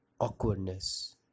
awkwardness